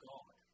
God